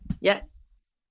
Yes